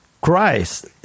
Christ